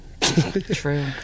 True